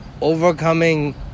overcoming